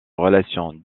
relations